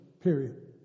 period